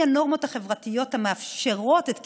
הנורמות החברתיות המאפשרות את קיומה.